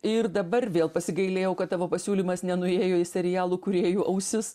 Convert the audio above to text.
ir dabar vėl pasigailėjau kad tavo pasiūlymas nenuėjo į serialų kūrėjų ausis